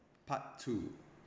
part two